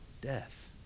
death